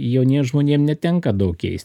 jauniem žmonėm netenka daug keist